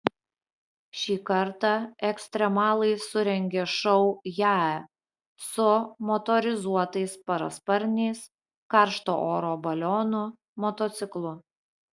šį kartą ekstremalai surengė šou jae su motorizuotais parasparniais karšto oro balionu motociklu